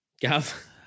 Gav